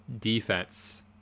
defense